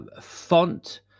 Font